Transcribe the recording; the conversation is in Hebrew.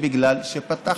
זה בגלל שפתחנו.